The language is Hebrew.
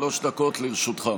שלוש דקות לרשותך.